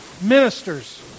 ministers